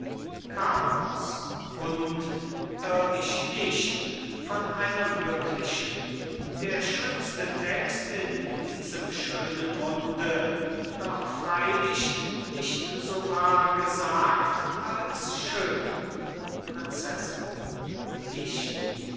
carlos und irr ich nicht von einer glücklichen der schönste text in diesem schönen munde doch freilich nicht so wahr gesagt als schön prinzessin nicht